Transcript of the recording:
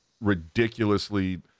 ridiculously